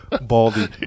baldy